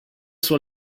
suo